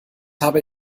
habe